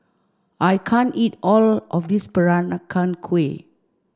I can't eat all of this Peranakan Kueh